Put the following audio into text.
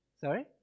Sorry